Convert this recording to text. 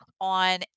on